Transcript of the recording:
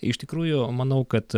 iš tikrųjų manau kad